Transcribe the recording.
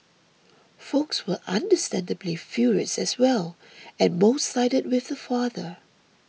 folks were understandably furious as well and most sided with the father